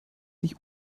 sich